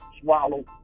swallowed